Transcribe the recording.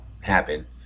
happen